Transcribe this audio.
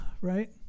right